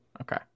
Okay